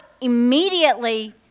immediately